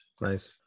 nice